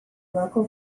local